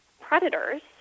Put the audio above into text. predators